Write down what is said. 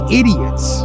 idiots